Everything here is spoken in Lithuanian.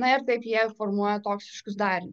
na ir taip jie formuoja toksiškus darinius